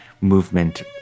movement